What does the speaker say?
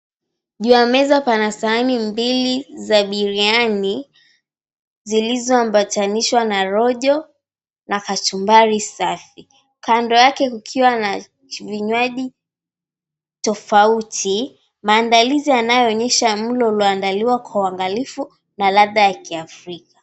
Juu ya meza pana sahani mbili za biriani zilizoambatanishwa na rojo na kachumbari safi kando yake kukiwa na vinywaji tofauti. Maandalizi yanayoonyesha mlo ulioandaliwa kwa uangalifu na ladha ya kiafrika.